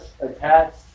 attached